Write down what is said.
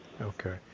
Okay